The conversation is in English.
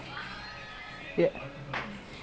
oh ya ya you didn't come ah